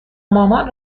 مامان